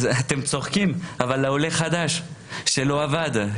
אתם צוחקים, אבל עולה חדש שלא עבד,